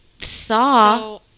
saw